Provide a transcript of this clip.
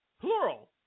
plural